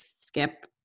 skip